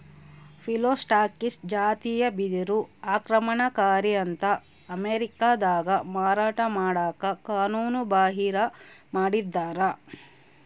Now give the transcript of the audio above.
Phyllostachys ಜಾತಿಯ ಬಿದಿರು ಆಕ್ರಮಣಕಾರಿ ಅಂತ ಅಮೇರಿಕಾದಾಗ ಮಾರಾಟ ಮಾಡಕ ಕಾನೂನುಬಾಹಿರ ಮಾಡಿದ್ದಾರ